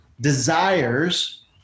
Desires